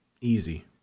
easy